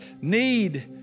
need